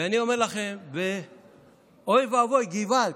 ואני אומר לכם, אוי ואבוי, געוואלד,